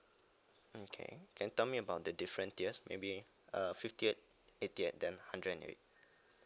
okay can tell me about the different tiers maybe uh fifty eight eighty and then hundred and eight